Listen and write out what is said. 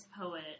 poet